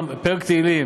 עזרי".